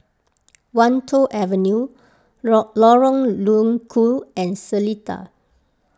Wan Tho Avenue law Lorong Low Koon and Seletar